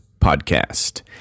podcast